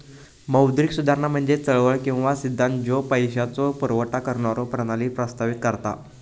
मौद्रिक सुधारणा म्हणजे चळवळ किंवा सिद्धांत ज्यो पैशाचो पुरवठा करणारो प्रणाली प्रस्तावित करता